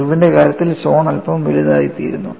ഇർവിന്റെ കാര്യത്തിൽ സോൺ അല്പം വലുതായിത്തീരുന്നു